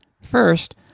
First